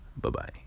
Bye-bye